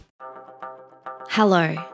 hello